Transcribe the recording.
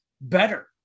better